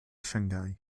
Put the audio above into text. shanghai